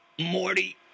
Morty